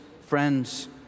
friends